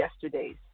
yesterdays